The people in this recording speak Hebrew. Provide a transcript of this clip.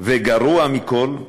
וגרוע מכול,